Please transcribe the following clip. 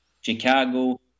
Chicago